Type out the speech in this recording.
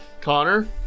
Connor